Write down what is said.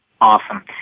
Awesome